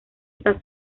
está